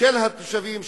של התושבים,